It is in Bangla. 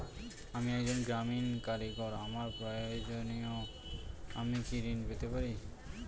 আমি একজন গ্রামীণ কারিগর আমার প্রয়োজনৃ আমি কি ঋণ পেতে পারি?